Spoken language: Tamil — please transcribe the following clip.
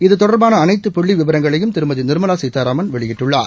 இது தொடர்பான அனைத்து புள்ளி விவரங்களையும் திருமதி நிர்மலா சீதாராமன் வெளியிட்டுள்ளார்